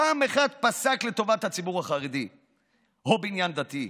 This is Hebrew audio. פעם אחת, פסק לטובת הציבור החרדי או בעניין דתי.